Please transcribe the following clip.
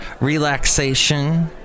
relaxation